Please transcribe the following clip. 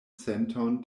senton